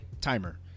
timer